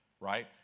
right